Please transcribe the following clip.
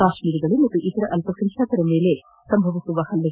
ಕಾಶ್ಮೀರಿಗಳು ಹಾಗೂ ಇತರೆ ಅಲ್ಲಸಂಬ್ಯಾತರ ಮೇಲೆ ಸಂಭವಿಸುವ ಹಲ್ಲೆ